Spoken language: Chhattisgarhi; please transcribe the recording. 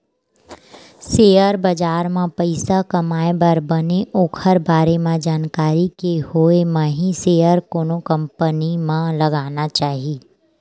सेयर बजार म पइसा कमाए बर बने ओखर बारे म जानकारी के होय म ही सेयर कोनो कंपनी म लगाना चाही